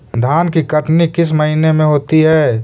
धान की कटनी किस महीने में होती है?